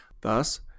Thus